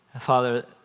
Father